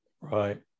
Right